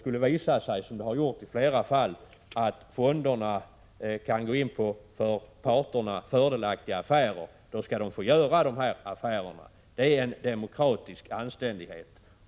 Skulle det visa sig — som det har gjort i flera fall — att fonderna kan gå in i för parterna fördelaktiga affärer, skall de få göra dessa affärer. Det är demokratisk anständighet.